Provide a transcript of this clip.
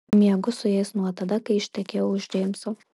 miegu su jais nuo tada kai ištekėjau už džeimso